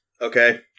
Okay